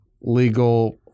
legal